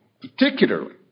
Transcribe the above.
particularly